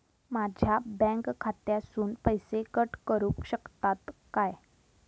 माझ्या बँक खात्यासून पैसे कट करुक शकतात काय?